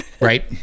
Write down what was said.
Right